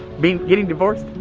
me getting divorced.